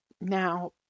Now